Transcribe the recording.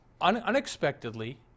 unexpectedly